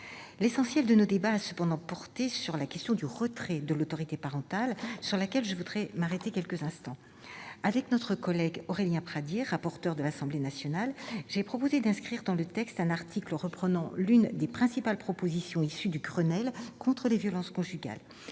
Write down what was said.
L'essentiel de nos débats a porté sur la question du retrait de l'autorité parentale, sur laquelle je voudrais m'arrêter quelques instants. Avec notre collègue Aurélien Pradié, rapporteur de l'Assemblée nationale, j'ai proposé d'inscrire dans le texte un article reprenant l'une des principales propositions issues du Grenelle contre les violences conjugales.